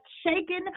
shaken